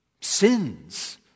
sins